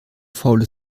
faule